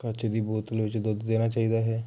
ਕੱਚ ਦੀ ਬੋਤਲ ਵਿੱਚ ਦੁੱਧ ਦੇਣਾ ਚਾਹੀਦਾ ਹੈ